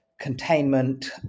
containment